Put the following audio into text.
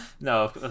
No